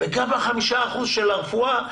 גם ה-5 אחוזים של הרפואה,